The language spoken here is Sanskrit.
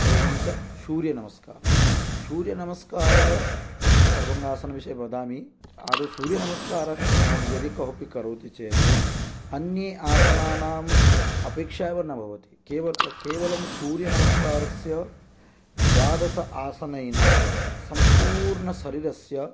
एवं च सूर्यनमस्कारः सूर्यनमस्कारः सर्वङ्गासनविषये वदामि आदौ सूर्यनमस्कारः यदि कोऽपि करोति चेत् अन्ये असनानाम् अपेक्षा एव न भवति केव केवलं सूर्यनमस्कारस्य द्वादश आसनेन सम्पूर्ण शरीरस्य